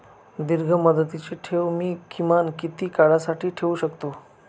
दीर्घमुदतीचे ठेव मी किमान किती काळासाठी ठेवू शकतो?